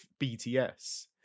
BTS